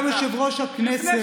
גם יושב-ראש הכנסת,